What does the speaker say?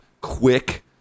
quick